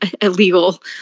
illegal